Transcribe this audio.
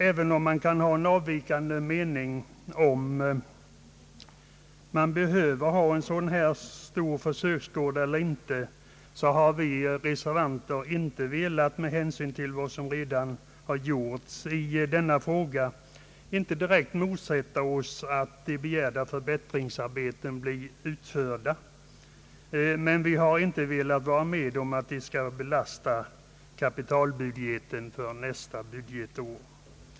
Även om man kan ha en avvikande mening om huruvida en så stor försöks gård behövs eller inte har vi reservanter med hänsyn till vad som redan har gjorts i denna fråga inte velat direkt motsätta oss att begärda förbättringsarbeten blir utförda. Men vi har inte velat vara med om att de skall belasta kapitalbudgeten för nästa budgetår.